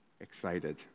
excited